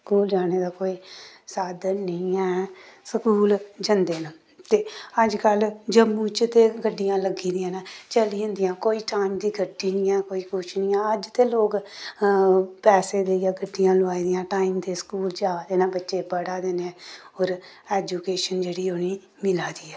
school जाने दा कोई साधन नेईं ऐ स्कूल जंदे न ते अजकल्ल जम्मू च ते गड्डियां लग्गी दियां न चली जंदियां कोई टाइम दी गड्डी निं ऐ कोई कुछ निं ऐ अज्ज ते लोक पैसे देइयै गड्डियां लोआई दियां टाइम दे स्कूल जा दे न बच्चे पढ़ा दे न होर ऐजुकेशन जेह्ड़ी उ'नें गी मिला दी ऐ